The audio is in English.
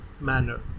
manner